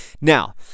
Now